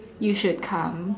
you should come